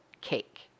cake